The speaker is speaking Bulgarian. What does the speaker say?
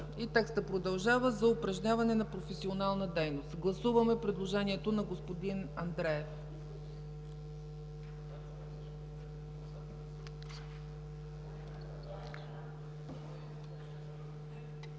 и текстът продължава с „...за упражняване на професионална дейност”. Гласуваме предложението на господин Андреев.